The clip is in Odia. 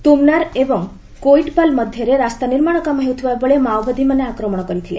ତୁମନାର୍ ଏବଂ କୋଇଟ୍ପାଲ୍ ମଧ୍ୟରେ ରାସ୍ତା ନିର୍ମାଣ କାମ ହେଉଥିଲା ବେଳେ ମାଓବାଦୀମାନେ ଆକ୍ରମଣ କରିଥିଲେ